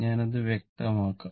ഞാൻ അത് വ്യക്തമാക്കാം